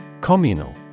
Communal